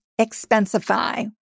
Expensify